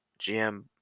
GM